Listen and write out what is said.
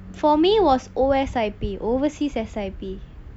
for me was O_S_I_P overseas assessment